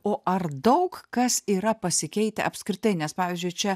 o ar daug kas yra pasikeitę apskritai nes pavyzdžiui čia